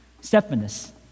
Stephanus